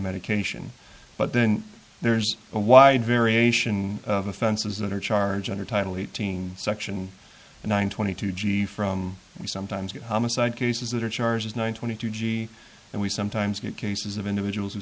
medication but then there's a wide variation of offenses that are charged under title eighteen section one twenty two g from we sometimes get homicide cases that are charges one twenty two g and we sometimes get cases of individuals who